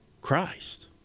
Christ